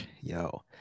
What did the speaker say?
yo